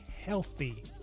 healthy